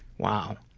wow.